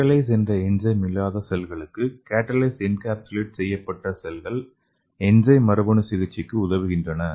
catalase என்ற enzyme இல்லாத செல்களுக்கு கேட்டலேஸ் என்கேப்சுலேட் செய்யப்பட்ட செல்கள் என்சைம் மரபணு சிகிச்சைக்கு உதவுகின்றன